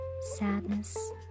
sadness